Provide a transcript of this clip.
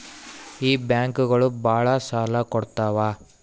ಈ ಬ್ಯಾಂಕುಗಳು ಭಾಳ ಸಾಲ ಕೊಡ್ತಾವ